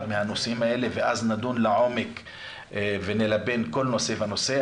מהנושאים האלה ואז נדון לעומק ונלבן כל נושא ונושא.